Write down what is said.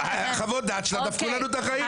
חוות הדעת שלה דפקו לנו את החיים.